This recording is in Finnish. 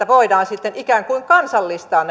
voidaan sitten ikään kuin kansallistaa